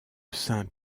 saint